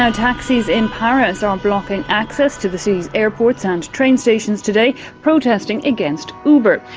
ah taxis in paris are blocking access to the city's airports and train stations today, protesting against uber.